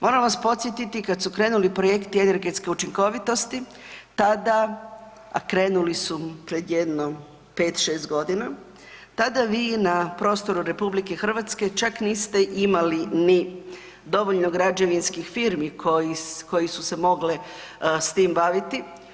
Moram vas podsjetiti kad su krenuli projekti energetske učinkovitosti tada, a krenuli su pred jedno 5-6.g., tada vi na prostoru RH čak niste imali ni dovoljno građevinskih firmi koji, koji su se mogle s tim baviti.